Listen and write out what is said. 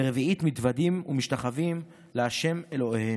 ורבעית מתודים ומשתחוים לה' אלהיהם".